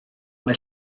mae